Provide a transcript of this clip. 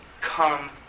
come